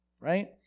right